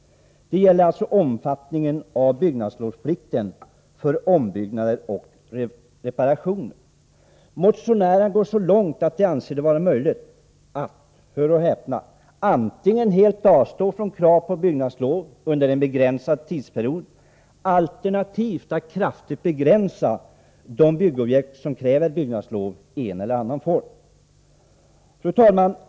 Det gäller alltså omfattningen av byggnadslovsplikten för ombyggnader och reparationer. Motionärerna går så långt att de anser det vara möjligt att — hör och häpna — antingen helt avstå från krav på byggnadslov under en begränsad tidsperiod eller alternativt att kraftigt begränsa de byggobjekt som kräver byggnadslov i en eller annan form. Fru talman!